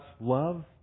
love